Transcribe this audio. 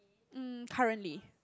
um currently